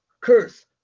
curse